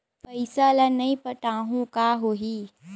पईसा ल नई पटाहूँ का होही?